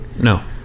No